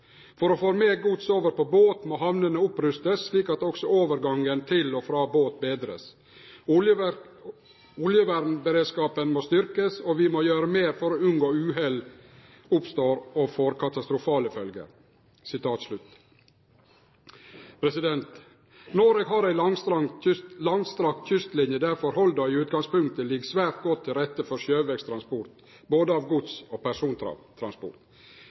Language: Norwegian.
For å få mer gods over på båt, må havnene opprustes slik at også overgangen til og fra båt bedres. Oljevernberedskapen må styrkes, og vi må gjøre mer for å unngå at uhell oppstår og får katastrofale følger.» Noreg har ei langstrakt kystlinje der forholda i utgangspunktet ligg svært godt til rette for sjøvegs transport, både gods- og